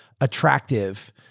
attractive